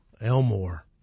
Elmore